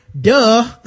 Duh